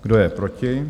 Kdo je proti?